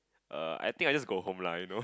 err I think I just go home lah you know